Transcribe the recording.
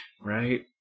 right